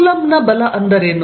ಕೂಲಂಬ್ನ ಬಲ ಅಂದರೆ ಏನು